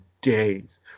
days